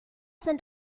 sind